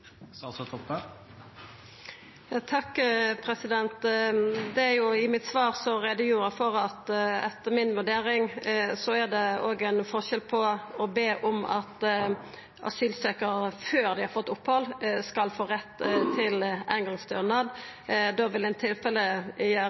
I svaret mitt gjorde eg greie for at etter min vurdering er det ein forskjell å be om at asylsøkjarar før dei har fått opphald, skal få rett til eingongsstønad. Det vil i tilfelle